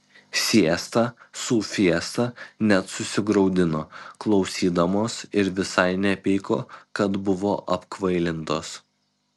siesta su fiesta net susigraudino klausydamos ir visai nepyko kad buvo apkvailintos